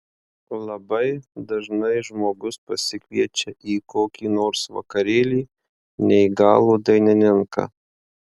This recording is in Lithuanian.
labai dažnai žmogus pasikviečia į kokį nors vakarėlį neįgalų dainininką